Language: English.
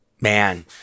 man